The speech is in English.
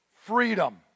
freedom